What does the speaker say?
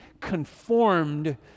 conformed